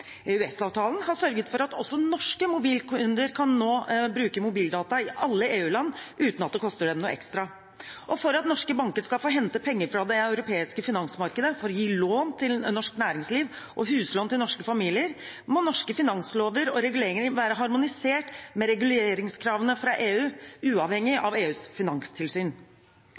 har sørget for at også norske mobilkunder nå kan bruke mobildata i alle EU-land uten at det koster dem noe ekstra. For at norske banker skal få hente penger fra det europeiske finansmarkedet for å gi lån til norsk næringsliv og huslån til norske familier, må norske finanslover og reguleringer være harmonisert med reguleringskravene fra EU, uavhengig av EUs finanstilsyn.